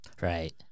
Right